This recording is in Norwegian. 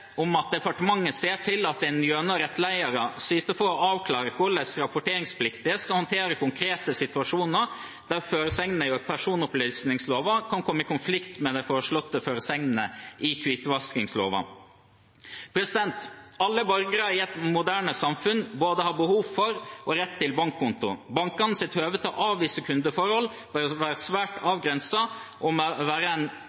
om at departementet ser til at en gjennom veiledere sørger for å avklare hvordan rapporteringspliktige skal håndtere konkrete situasjoner der forskriftene i personopplysningsloven kan komme i konflikt med de foreslåtte forskriftene i hvitvaskingsloven. Alle borgere i et moderne samfunn har både behov for og rett til bankkonto. Bankenes anledning til å avvise kundeforhold bør være svært